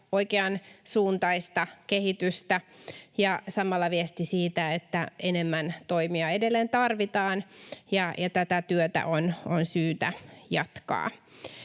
oikeansuuntaista kehitystä ja samalla enemmän toimia edelleen tarvitaan ja tätä työtä on syytä jatkaa.